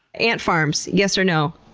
ant farms, yes or no?